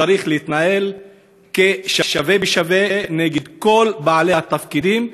צריך להתנהל שווה בשווה נגד כל בעלי התפקידים,